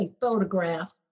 photograph